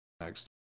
next